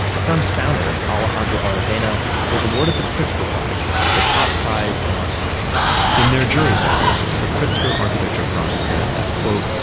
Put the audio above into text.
the firm's founder, alejandro aravena was awarded the pritzker prize, the top prize in architecture in their jury citation, the pritzker architecture prize said that quote,